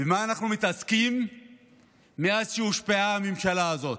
ובמה אנחנו מתעסקים מאז שהושבעה הממשלה הזאת?